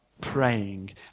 praying